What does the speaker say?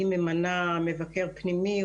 היא ממנה מבקר פנימי,